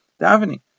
davening